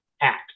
act